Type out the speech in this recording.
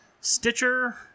Stitcher